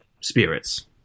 Spirits